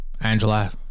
Angela